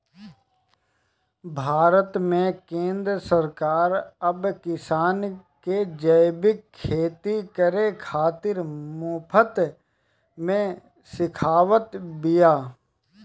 भारत में केंद्र सरकार अब किसान के जैविक खेती करे खातिर मुफ्त में सिखावत बिया